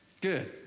Good